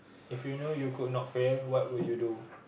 if you know you could not fail what would you do